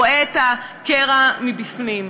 רואה את הקרע מבפנים.